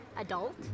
Adult